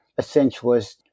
essentialist